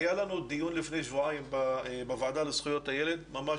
היה לנו דיון לפני שבועיים בוועדה לזכויות הילד ממש